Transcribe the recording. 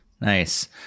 nice